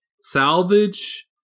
salvage